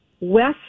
west